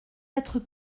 être